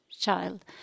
child